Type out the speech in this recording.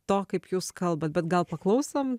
to kaip jūs kalbat bet gal paklausom